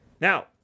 Now